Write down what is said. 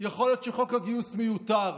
יכול להיות שחוק הגיוס מיותר.